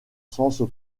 sens